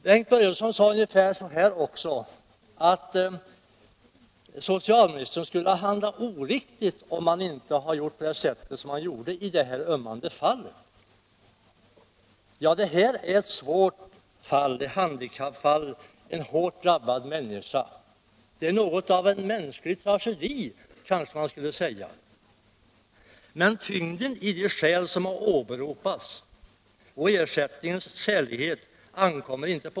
Bengt Börjesson sade också ungefär så här: Socialministern skulle ha handlat oriktigt om han inte gjort på det sätt han gjorde i det här ömmande fallet. Det gäller ett svårt handikappfall, en hårt drabbad människa, det är något av en mänsklig tragedi. Men det ankommer inte på oss att i dag diskutera tyngden i de skäl som har åberopats och ersättningens skälighet.